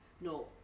No